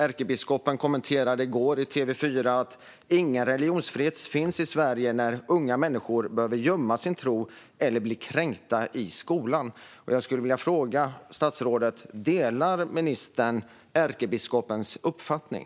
Ärkebiskopen kommenterade detta i går i TV4 och sa att det inte finns någon religionsfrihet i Sverige när unga människor behöver gömma sin tro eller blir kränkta i skolan. Jag skulle vilja fråga statsrådet: Delar ministern ärkebiskopens uppfattning?